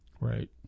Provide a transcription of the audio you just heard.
Right